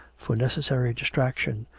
for necessary distraction,